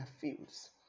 fields